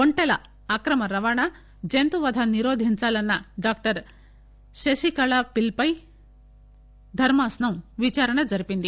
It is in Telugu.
ఒంటెల అక్రమ రవాణ జంతువధ నిరోధించాలన్న డాక్టర్ శశికళ పిల్పై దర్మాసనం విచారణ జరిపింది